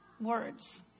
words